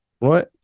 right